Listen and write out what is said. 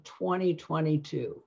2022